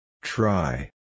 Try